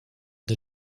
the